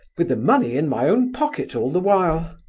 with the money in my own pocket all the while.